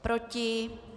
Proti?